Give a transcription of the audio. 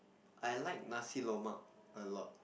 I like nasi-lemak a lot